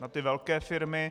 Na ty velké firmy.